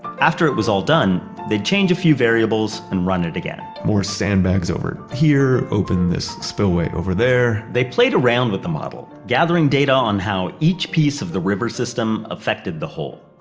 after it was all done, they'd change a few variables and run it again more sandbags over here, open this spillway over there they played around with the model, gathering data on how each piece of the river system affected the whole.